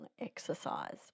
exercise